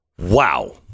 Wow